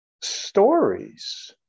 stories